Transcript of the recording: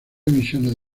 emisiones